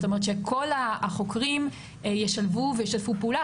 זאת אומרת, שכל החוקרים ישלבו וישתפו פעולה.